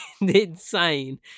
insane